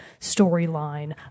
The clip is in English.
storyline